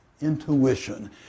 intuition